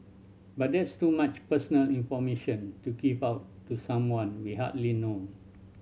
but that's too much personal information to give out to someone we hardly know